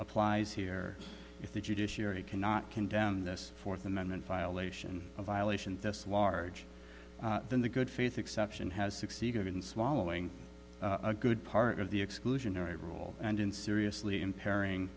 applies here if the judiciary cannot condemn this fourth amendment violation of violations this large then the good faith exception has succeeded in swallowing a good part of the exclusionary rule and in seriously impairing